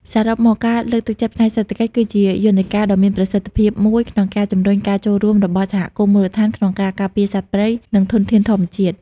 សរុបមក ការលើកទឹកចិត្តផ្នែកសេដ្ឋកិច្ចគឺជាយន្តការដ៏មានប្រសិទ្ធភាពមួយក្នុងការជំរុញការចូលរួមរបស់សហគមន៍មូលដ្ឋានក្នុងការការពារសត្វព្រៃ និងធនធានធម្មជាតិ។